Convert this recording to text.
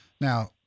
Now